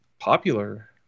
popular